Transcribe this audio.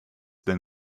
than